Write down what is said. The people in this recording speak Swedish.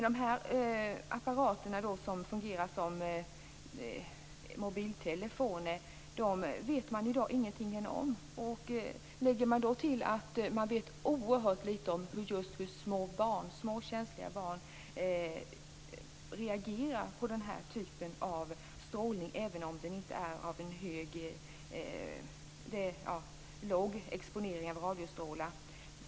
Dessa apparater fungerar som mobiltelefoner, men i dag vet man ingenting om dem. Till detta kommer att vi vet oerhört litet om hur små, känsliga barn reagerar på den här typen av strålning, även om det är en låg exponering av radiostrålar.